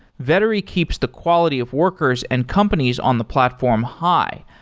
vettery keeps the quality of workers and companies on the platform high,